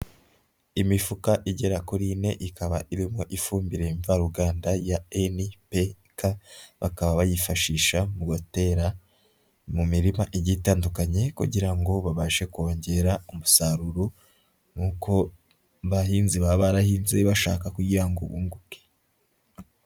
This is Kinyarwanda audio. Imifuka igera kuri ine ikaba irimo ifumbire mvaruganda ya NPK, bakaba bayifashisha mu gutera mu mirima igiye itandukanye kugira ngo babashe kongera umusaruro nk'uko abahinzi baba barahinze bashaka kugira ngo bunguke.